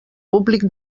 públic